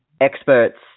experts